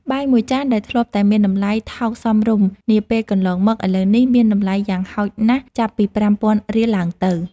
បាយមួយចានដែលធ្លាប់តែមានតម្លៃថោកសមរម្យនាពេលកន្លងមក ឥឡូវនេះមានតម្លៃយ៉ាងហោចណាស់ចាប់ពីប្រាំពាន់រៀលឡើងទៅ។